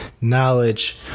knowledge